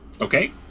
Okay